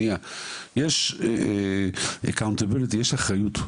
יש אחריות.